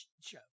show